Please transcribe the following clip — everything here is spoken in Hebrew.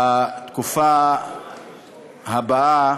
בתקופה הבאה.